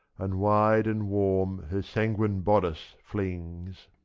and wide and warm her sanguine bodice flings.